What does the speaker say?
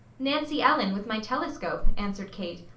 nancy ellen, with my telescope, answered kate.